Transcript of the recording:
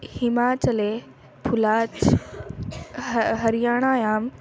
हिमाचले फुलाज् ह हरियाणायां